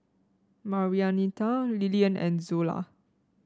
Marianita Lillian and Zola